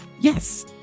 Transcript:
yes